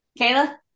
Kayla